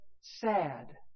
sad